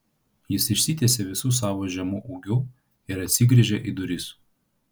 jis išsitiesė visu savo žemu ūgiu ir atsigręžė į duris